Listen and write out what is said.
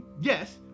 yes